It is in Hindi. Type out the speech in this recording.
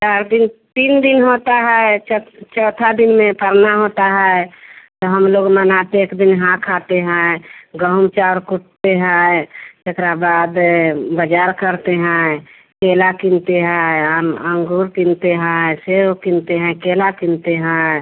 चार दिन तीन दिन होता है चौथा दिन में फरना होता है तो हम लोग मनाते एक दिन नहा खाते हैं गोहूँ चाउर कूटते हैं एकरा बाद बाज़ार करते हैं केला किनते है अंगूर पिनते हैं सेव किनते हैं केला किनते हैं